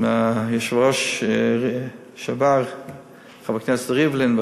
עם היושב-ראש לשעבר חבר הכנסת ריבלין,